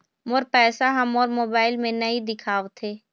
मोर पैसा ह मोर मोबाइल में नाई दिखावथे